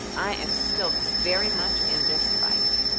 i am still very much in this fight,